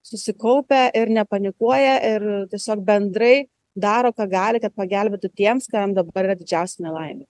susikaupę ir nepanikuoja ir tiesiog bendrai daro ką gali kad pagelbėtų tiems kam dabar yra didžiausia nelaimė